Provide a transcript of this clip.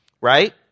right